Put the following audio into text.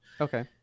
Okay